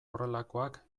horrelakoak